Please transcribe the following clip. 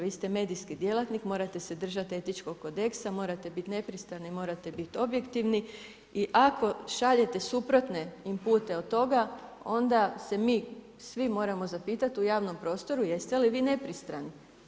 Vi ste medijski djelatnik, morate se držati etičkog kodeksa, morate biti nepristrani, morate biti objektivni i ako šaljete suprotne inpute od toga, onda se mi svi moramo zapitati u javnom prostoru jeste li vi nepristrani.